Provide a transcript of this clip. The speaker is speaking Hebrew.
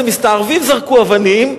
זה מסתערבים זרקו אבנים,